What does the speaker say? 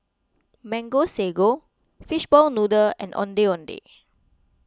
Mango Sago Fishball Noodle and Ondeh Ondeh